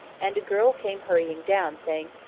and a girl came hurrying down, saying,